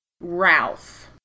Ralph